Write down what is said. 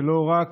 ולא רק,